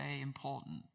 important